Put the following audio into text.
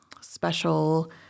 special